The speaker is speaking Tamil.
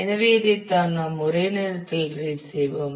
எனவே இதைத்தான் நாம் ஒரே நேரத்தில் ரீட் செய்வோம்